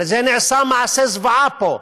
הרי נעשה מעשה זוועה פה,